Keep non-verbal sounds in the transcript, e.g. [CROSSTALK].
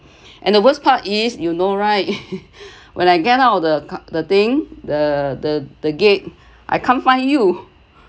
and the worst part is you know right [LAUGHS] when I get out of the cus~ the thing the the the gate I can't find you